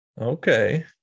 okay